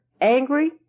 angry